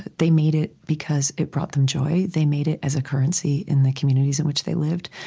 they made it because it brought them joy. they made it as a currency in the communities in which they lived.